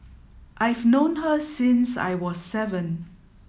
I've known her since I was seven